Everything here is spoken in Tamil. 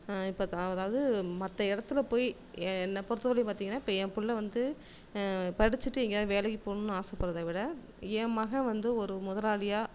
இப்போ அதாவது மற்ற இடத்துல போய் என்னை பொறுத்தவரையிலயும் பார்த்தீங்கன்னா என் பிள்ள வந்து படித்துட்டு எங்கேயாவது வேலைக்குப் போகணும்னு ஆசைப்படுறத விட என் மகன் வந்து ஒரு முதலாளியாக